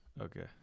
Okay